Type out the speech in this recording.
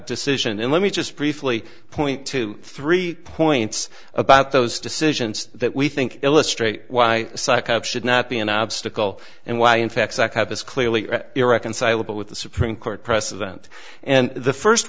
decision and let me just briefly point to three points about those decisions that we think illustrate why should not be an obstacle and why in fact have this clearly irreconcilable with the supreme court president and the first